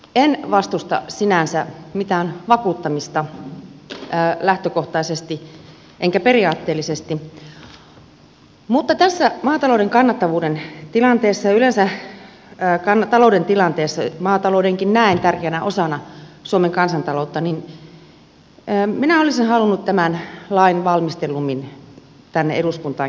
en vastusta sinänsä mitään vakuuttamista lähtökohtaisesti enkä periaatteellisesti mutta tässä maatalouden kannattavuuden tilanteessa ja yleensä talouden tilanteessa maataloudenkin näen tärkeänä osana suomen kansantaloutta minä olisin halunnut tämän lain valmistellummin tänne eduskuntaan käsiteltäväksi